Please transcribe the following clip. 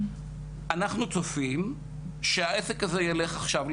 אנחנו צופים שהעסק הזה ילך שם,